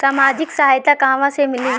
सामाजिक सहायता कहवा से मिली?